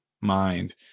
mind